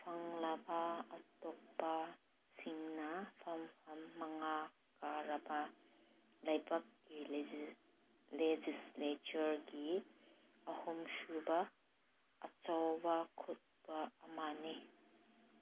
ꯐꯪꯂꯕ ꯑꯇꯣꯞꯄꯁꯤꯡꯅ ꯐꯝꯐꯝ ꯃꯉꯥ ꯀꯥꯔꯕ ꯂꯩꯕꯥꯛꯀꯤ ꯂꯦꯖꯤꯁꯂꯦꯆꯔꯒꯤ ꯑꯍꯨꯝ ꯁꯨꯕ ꯑꯆꯧꯕ ꯑꯃꯅꯤ